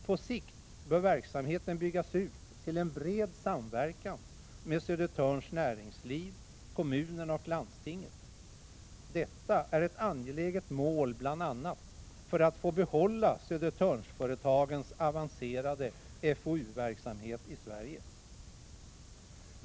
På sikt bör verksamheten byggas ut till en bred samverkan med Södertörns näringsliv, kommunerna och landstinget. Detta är ett angeläget mål, bl.a. för att vi skall få behålla Södertörnsföretagens avancerade fou-verksamhet i Sverige.